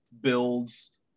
builds